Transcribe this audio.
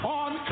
on